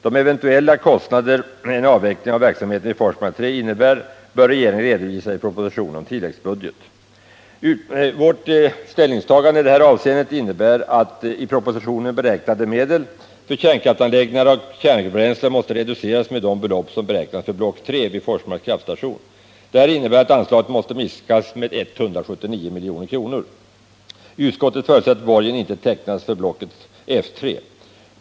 De eventuella kostnader en avveckling av verksamheten vid Forsmark 3 innebär bör regeringen redovisa i propositionen om tilläggsbudget. Vårt ställningstagande i detta avseende innebär att i propositionen beräknade medel för kärnkraftsanläggningar och kärnbränsle måste reduceras med de belopp som beräknas för block 3 vid Forsmarks kraftstation. Detta innebär att anslaget måste minskas med 179 milj.kr. Vi förutsätter att borgen inte tecknas för blocket F 3.